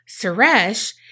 Suresh